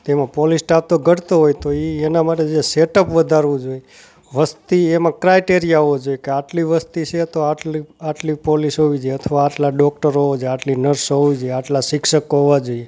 તેમાં police staff તો ઘટતો હોય તો એ એના માટે જે સેટઅપ વધારવું જોઈએ વસ્તી એમાં ક્રાઇટએરિયા હોવો જોઈએ કે આટલી વસ્તી છે તો આટલી આટલી પોલીસ હોવી જોઈએ અથવા આટલા ડૉક્ટર હોવા જોઈએ આટલી નર્સ હોવી જોઈએ આટલા શિક્ષકો હોવા જોઈએ